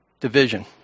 Division